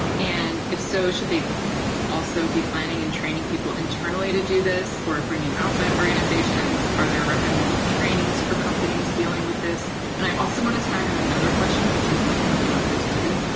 and if so, should they also be planning and training people internally to do this or bring in outside organizations? are there recommended trainings for companies dealing with this? and i also want to tag on another question, which is, like i know, not good to do,